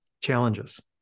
challenges